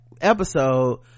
episode